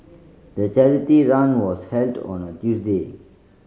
the charity run was held on a Tuesday